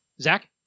Zach